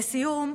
לסיום,